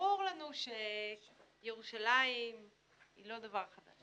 ברור לנו שירושלים היא לא דבר חדש.